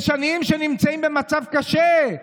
יש עניים שנמצאים במצב קשה.